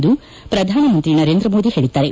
ಎಂದು ಪ್ರಧಾನ ಮಂತ್ರಿ ನರೇಂದ್ರ ಮೋದಿ ಹೇಳಿದ್ದಾರೆ